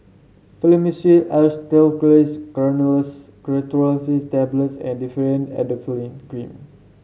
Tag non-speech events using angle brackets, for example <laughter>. Fluimucil <unintelligible> Granules <unintelligible> Tablets and Differin Adapalene Green